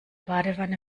badewanne